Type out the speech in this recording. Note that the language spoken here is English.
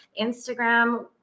Instagram